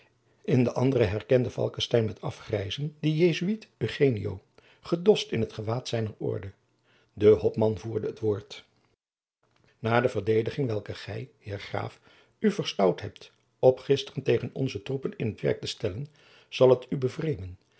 in den anderen herkende falckestein met afgrijzen den jesuit eugenio gedoscht in t gewaad zijner orde de hopman voerde het woord jacob van lennep de pleegzoon na de verdediging welke gij heer graaf u verstout hebt op gisteren tegen onze troepen in t werk te stellen zal het u